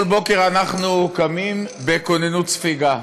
כל בוקר אנחנו קמים בכוננות ספיגה,